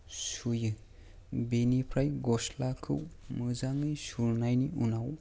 सुयो बेनिफ्राय गस्लाखौ मोजाङै सुनायनि उनाव